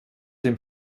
dem